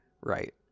Right